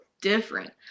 different